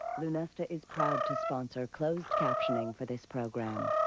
lunesta is proud to sponsor closed captioning for this program.